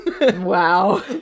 wow